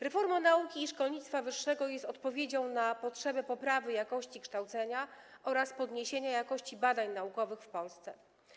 Reforma nauki i szkolnictwa wyższego jest odpowiedzią na potrzebę poprawy jakości kształcenia oraz podniesienia jakości badań naukowych w Polsce.